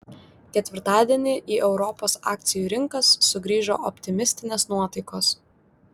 ketvirtadienį į europos akcijų rinkas sugrįžo optimistinės nuotaikos